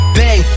bang